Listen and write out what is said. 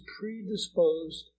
predisposed